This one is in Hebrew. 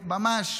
ממש.